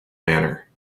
manner